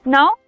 Now